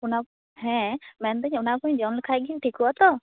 ᱚᱱᱟ ᱦᱮᱸ ᱢᱮᱱᱫᱟ ᱧ ᱚᱱᱟᱠᱚᱧ ᱡᱚᱢᱞᱮᱠᱷᱟᱡ ᱜᱤᱧ ᱴᱷᱤᱠᱚᱜᱼᱟ ᱛᱚ